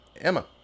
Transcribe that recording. Emma